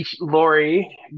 Lori